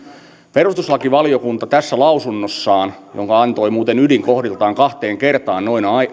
perustuslakivaliokunta tässä lausunnossaan jonka antoi muuten ydinkohdiltaan kahteen kertaan